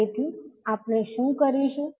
તેથી આપણે શું કરીશું